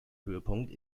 höhepunkt